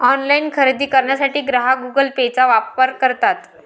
online खरेदी करण्यासाठी ग्राहक गुगल पेचा वापर करतात